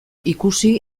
ikusi